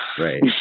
Right